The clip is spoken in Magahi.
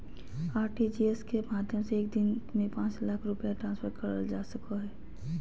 आर.टी.जी.एस के माध्यम से एक दिन में पांच लाख रुपया ट्रांसफर करल जा सको हय